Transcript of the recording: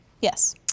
Yes